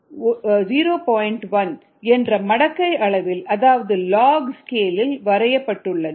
1 என்ற மடக்கை அளவில் அதாவது லாக் ஸ்கேல் இல் வரையப்பட்டுள்ளது